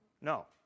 no